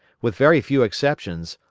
with very few exceptions,